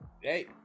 hey